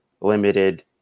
limited